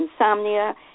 insomnia